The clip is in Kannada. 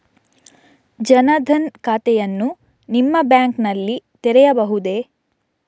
ಜನ ದನ್ ಖಾತೆಯನ್ನು ನಿಮ್ಮ ಬ್ಯಾಂಕ್ ನಲ್ಲಿ ತೆರೆಯಬಹುದೇ?